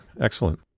Excellent